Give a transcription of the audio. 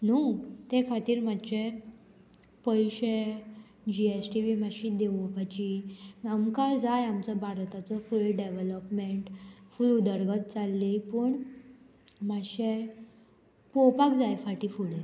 न्हू ते खातीर मातशे पयशे जी एस टी बी मातशी देंवोवपाची आमकां जाय आमचो भारताचो फूल डेवलॉप्मेंट फूल उदरगत जाल्ली पूण मातशें पोवपाक जाय फाटीं फुडें